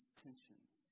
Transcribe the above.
tensions